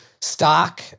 stock